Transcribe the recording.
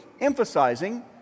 emphasizing